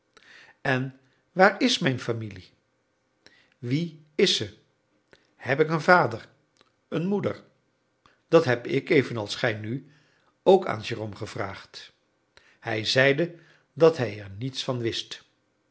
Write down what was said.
en waar is mijn familie wie is ze heb ik een vader een moeder dat heb ik evenals gij nu ook aan jérôme gevraagd hij zeide dat hij er niets van wist